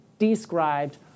Described